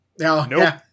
nope